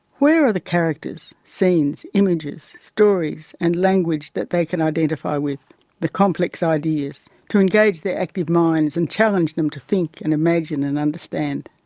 where are the characters, scenes, images, stories and language that they can identify with the complex ideas to engage their active minds and challenge them to think and imagine and understand?